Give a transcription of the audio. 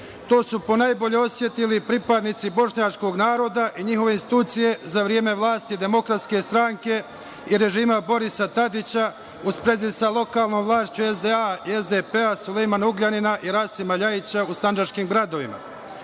To su ponajbolje osetili pripadnici bošnjačkog naroda i njihove institucije za vreme vlasti DS i režima Borisa Tadića u sprezi sa lokalnom vlašću SDA i SDP Sulejmana Ugljanina i Rasima LJajića u sandžačkim gradovima.